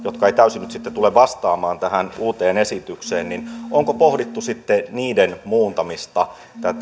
eivät täysin nyt sitten tule vastaamaan tähän uuteen esitykseen onko pohdittu sitten niiden muuntamista tätä